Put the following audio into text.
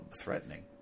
threatening